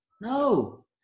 No